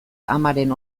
amaren